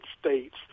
States